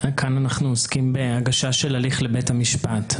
כאן אנחנו עוסקים בהגשה של הליך לבית המשפט.